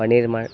paneer Maan